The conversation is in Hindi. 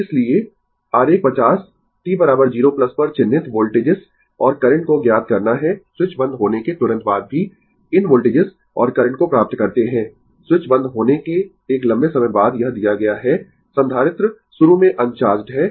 इसलिए आरेख 50 t 0 पर चिन्हित वोल्टेजेस और करंट को ज्ञात करता है स्विच बंद होने के तुरंत बाद भी इन वोल्टेजेस और करंट को प्राप्त करते है स्विच बंद होने के एक लंबे समय बाद यह दिया गया है संधारित्र शुरू में अनचार्जड है